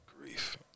Grief